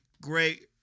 great